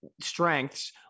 strengths